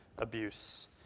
abuse